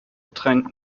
trennt